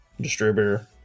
distributor